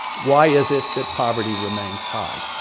why is it that poverty remains high?